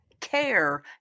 care